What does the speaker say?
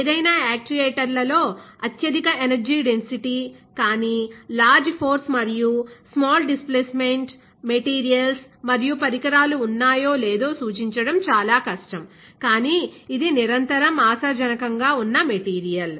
ఏదైనా యాక్యుయేటర్లలో అత్యధిక ఎనర్జీ డెన్సిటీ కానీ లార్జ్ ఫోర్స్ మరియు స్మాల్ డిస్ప్లేసెమెంట్ మెటీరియల్స్ మరియు పరికరాలు ఉన్నాయో లేదో సూచించడం చాలా కష్టం కాని ఇది నిరంతరం ఆశాజనకంగా ఉన్న మెటీరియల్